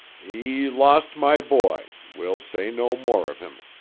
he lost my boy we'll say no more of him,